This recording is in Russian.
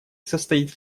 состоит